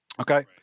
Okay